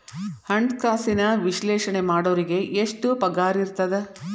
ಹಣ್ಕಾಸಿನ ವಿಶ್ಲೇಷಣೆ ಮಾಡೋರಿಗೆ ಎಷ್ಟ್ ಪಗಾರಿರ್ತದ?